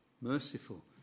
merciful